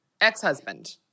Ex-husband